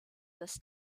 des